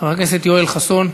חבר הכנסת יואל חסון,